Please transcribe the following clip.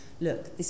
look